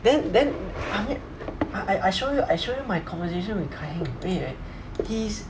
then then I I show you I show you my conversation with kai heng wai~ wait he's